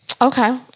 Okay